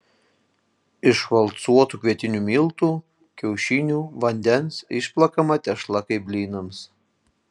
iš valcuotų kvietinių miltų kiaušinių vandens išplakama tešla kaip blynams